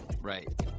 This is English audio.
right